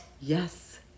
Yes